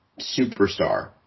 superstar